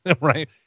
right